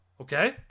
Okay